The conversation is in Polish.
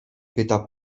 pyta